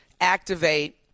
activate